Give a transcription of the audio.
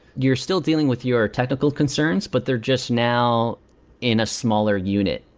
you're still dealing with your technical concerns, but they're just now in a smaller unit.